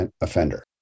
offender